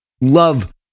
love